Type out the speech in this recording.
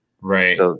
Right